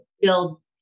build